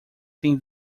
tem